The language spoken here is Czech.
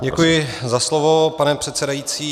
Děkuji za slovo, pane předsedající.